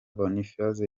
bonifazio